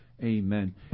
Amen